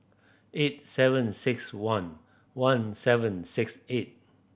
eight seven six one one seven six eight